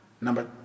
Number